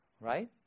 right